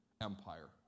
empire